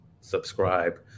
subscribe